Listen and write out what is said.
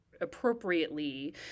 appropriately